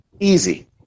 Easy